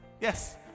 Yes